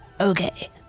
Okay